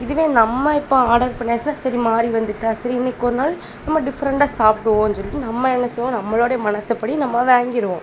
இதுவே நம்ம இப்போ ஆடர் பண்ணியாச்சுன்னால் சரி மாறி வந்துட்டால் சரி இன்னைக்கி ஒரு நாள் நம்ம டிஃப்ரெண்ட்டாக சாப்பிடுவோம் சொல்லிட்டு நம்ம என்ன செய்வோம் நம்மளோடைய மனசுப்படி நம்ம வாங்கிடுவோம்